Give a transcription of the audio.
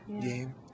game